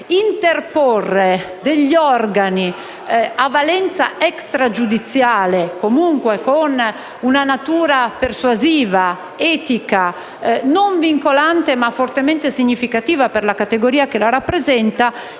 interporre degli organi a valenza extragiudiziale (comunque con una natura persuasiva, etica, non vincolante, ma fortemente significativa per la categoria che la rappresenta)